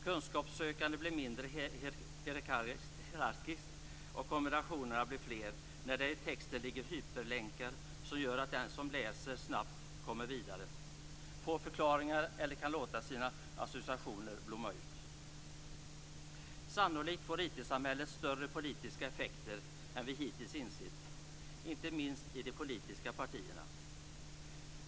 Kunskapssökande blir mindre hierarkiskt och kombinationerna blir fler när det i texten ligger hyperlänkar som gör att den som läser snabbt kommer vidare, får förklaringar eller kan låta sina associationer blomma ut. Sannolikt får IT-samhället större politiska effekter än vi hittills insett, inte minst i de politiska partierna.